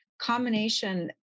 combination